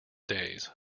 days